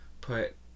put